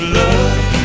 love